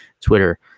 Twitter